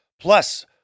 plus